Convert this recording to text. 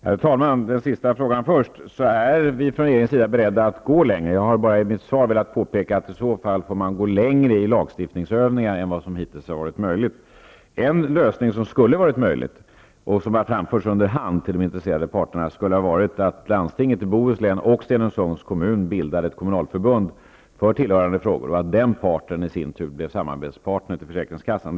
Herr talman! Den sista frågan först: Vi är från regeringens sida beredda att gå längre. Jag har i mitt svar bara påpekat att man i så fall får gå längre lagstiftningsvägen än vad som hittills har varit möjligt. En lösning som skulle kunna vara möjlig och som framförts under hand till de intresserade parterna är att landstinget i Bohuslän och Stenungsundskommunen bildade ett kommunalförbund för tillhörande frågor och att den parten i sin tur blev samarbetspartner till försäkringskassan.